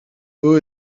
who